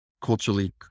culturally